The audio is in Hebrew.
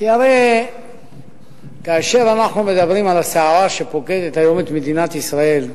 כי כשאנחנו מדברים על הסערה שפוקדת היום את מדינת ישראל,